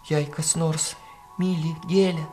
jei kas nors myli gėlę